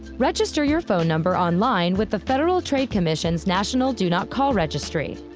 register your phone number online with the federal trade commission's national do not call registry.